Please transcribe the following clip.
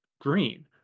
green